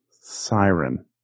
Siren